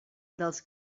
dels